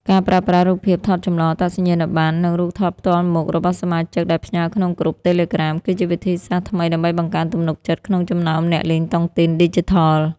ការប្រើប្រាស់ "រូបភាពថតចម្លងអត្តសញ្ញាណប័ណ្ណ" និង "រូបថតផ្ទាល់មុខ" របស់សមាជិកដែលផ្ញើក្នុងក្រុម Telegram គឺជាវិធីសាស្ត្រថ្មីដើម្បីបង្កើនទំនុកចិត្តក្នុងចំណោមអ្នកលេងតុងទីនឌីជីថល។